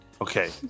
Okay